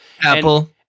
Apple